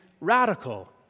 radical